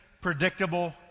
predictable